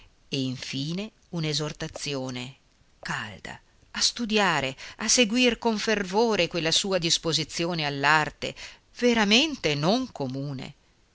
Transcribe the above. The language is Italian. e infine un'esortazione calda a studiare a seguir con fervore quella sua disposizione all'arte veramente non comune